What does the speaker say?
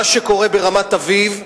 מה שקורה ברמת-אביב,